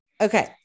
Okay